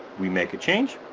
we make a change,